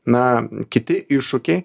na kiti iššūkiai